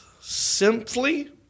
simply